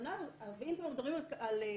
אם כבר מדברים על בכוונה,